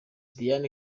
diana